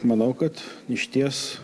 manau kad išties